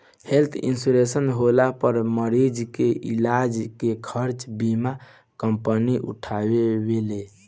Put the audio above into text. health insurance होला पर मरीज के इलाज के खर्चा बीमा कंपनी उठावेले